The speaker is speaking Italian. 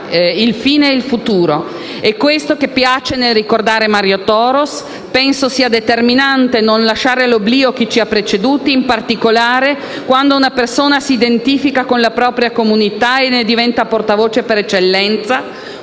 il fine è il futuro. È questo che piace nel ricordare Mario Toros. Penso sia determinante non lasciare nell’oblio chi ci ha preceduti, in particolare quando una persona si identifica con la propria comunità e ne diventa portavoce per eccellenza,